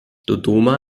dodoma